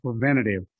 preventative